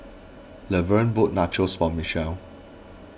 Lavern bought Nachos for Michelle